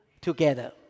together